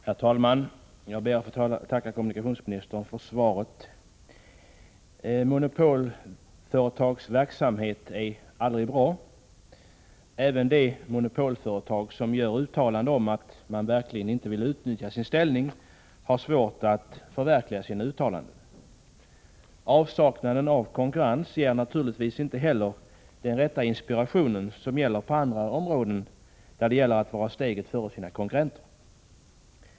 Herr talman! Jag ber att få tacka kommunikationsministern för svaret. Monopolföretags verksamhet är aldrig bra. Även de monopolföretag som gör uttalanden om att de verkligen inte vill utnyttja sin ställning har svårt att förverkliga sina uttalanden. Avsaknaden av konkurrens ger naturligtvis inte heller den rätta inspirationen, den inspiration som finns på andra områden där det gäller att vara steget före sina konkurrenter.